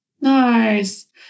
Nice